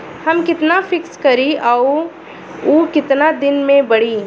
हम कितना फिक्स करी और ऊ कितना दिन में बड़ी?